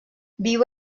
viu